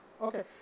Okay